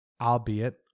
albeit